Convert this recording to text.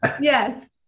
yes